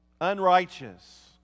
unrighteous